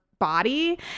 Body